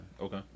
okay